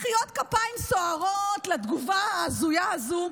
מחיאות כפיים סוערות על התגובה ההזויה הזו,